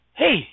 Hey